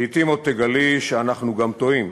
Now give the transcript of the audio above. לעתים עוד תגלי שאנחנו גם טועים,